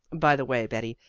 by the way, betty,